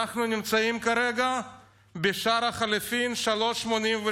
אנחנו נמצאים כרגע בשער החליפין 3.82,